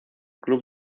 club